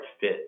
fit